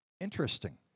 Interesting